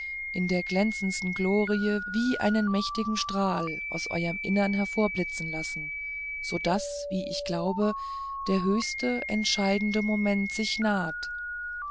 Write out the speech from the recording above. in der glänzendsten glorie wie einen mächtigen strahl aus euerm innern hervorblitzen lassen so daß wie ich glaube der höchste entscheidende moment sich naht